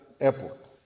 Airport